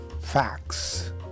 facts